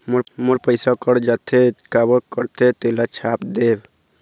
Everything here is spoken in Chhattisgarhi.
मोर पैसा कट जाथे काबर कटथे तेला छाप देव?